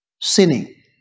sinning